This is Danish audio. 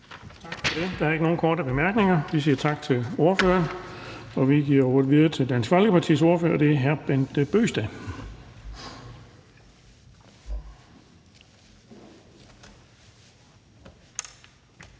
Bonnesen): Der er ikke nogen korte bemærkninger. Vi siger tak til ordføreren, og vi giver ordet videre til Dansk Folkepartis ordfører, og det er hr. Bent Bøgsted.